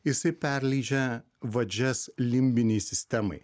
jisai perleidžia vadžias limbinei sistemai